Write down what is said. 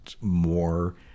more